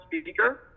speaker